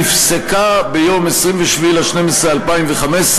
נפסקה ביום 27 בדצמבר 2015,